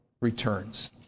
returns